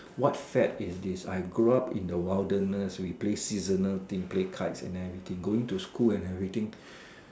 what fad is this I grow up in the wilderness we play seasonal thing play cards and everything going to school and everything